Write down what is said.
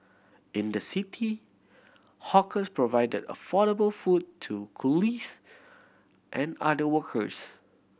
in the city hawkers provided affordable food to coolies and other workers